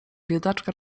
biedaczka